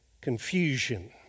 confusion